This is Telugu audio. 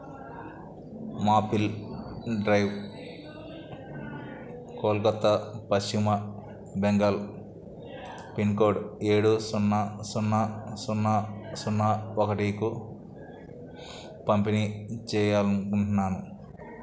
మాపిల్ డ్రైవ్ కోల్కత్తా పశ్చిమ బెంగాల్ పిన్కోడ్ ఏడు సున్నా సున్నా సున్నా సున్నా ఒకటీకు పంపిణీ చేయాలనుకుంట్నాను